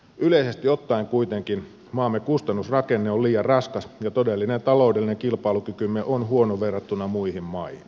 yleisesti ottaen kuitenkin maamme kustannusrakenne on liian raskas ja todellinen taloudellinen kilpailukykymme on huono verrattuna muihin maihin